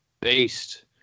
beast